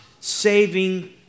saving